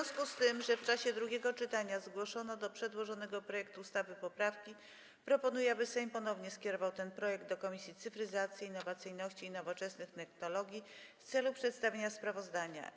W związku z tym, że w czasie drugiego czytania zgłoszono do przedłożonego projektu ustawy poprawki, proponuję, aby Sejm ponownie skierował ten projekt do Komisji Cyfryzacji, Innowacyjności i Nowoczesnych Technologii w celu przedstawienia sprawozdania.